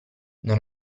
non